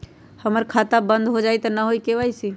हमर खाता बंद होजाई न हुई त के.वाई.सी?